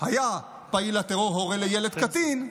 היה פעיל הטרור הורה לילד קטין,